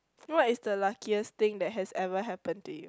what is the luckiest thing that has ever happen to you